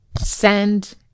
send